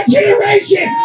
generation